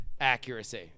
Accuracy